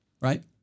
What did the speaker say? right